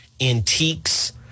antiques